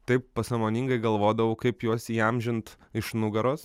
taip pasąmoningai galvodavau kaip juos įamžint iš nugaros